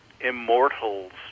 immortals